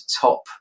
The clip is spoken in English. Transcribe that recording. top